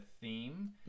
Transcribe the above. theme